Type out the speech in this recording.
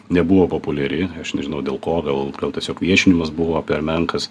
nebuvo populiari aš nežinau dėl ko gal gal tiesiog viešinimas buvo per menkas